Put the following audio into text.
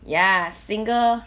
ya single